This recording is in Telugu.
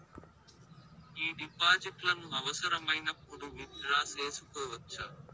ఈ డిపాజిట్లను అవసరమైనప్పుడు విత్ డ్రా సేసుకోవచ్చా?